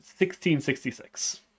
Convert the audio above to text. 1666